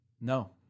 No